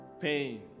Pain